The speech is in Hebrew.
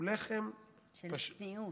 הוא לחם, של צניעות.